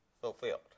fulfilled